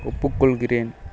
ஒப்புக்கொள்கிறேன்